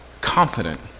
confident